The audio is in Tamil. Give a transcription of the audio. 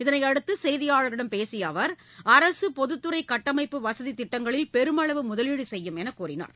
இதனையடுத்து செய்தியாளர்களிடம் பேசிய அவர் அரசு பொதுத்துறை கட்டமைப்பு வசதி திட்டங்களில் பெருமளவு முதலீடு செய்யும் என்று கூறினார்